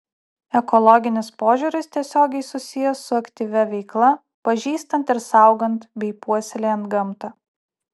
ekologinis požiūris tiesiogiai susijęs su aktyvia veikla pažįstant ir saugant bei puoselėjant gamtą